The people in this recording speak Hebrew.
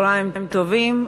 צהריים טובים.